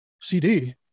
CD